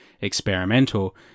experimental